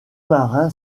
marin